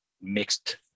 mixed